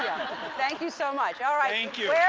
thank you so much, all right. thank you. where